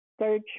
Search